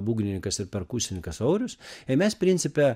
būgnininkas ir perkusininkas aurius ir mes principe